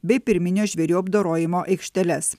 bei pirminio žvėrių apdorojimo aikšteles